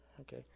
okay